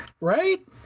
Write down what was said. right